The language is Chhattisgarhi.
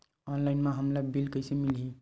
ऑनलाइन म हमला बिल कइसे मिलही?